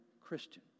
Christian